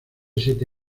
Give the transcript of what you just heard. siete